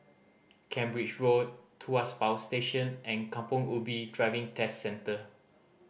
Cambridge Road Tuas Power Station and Kampong Ubi Driving Test Centre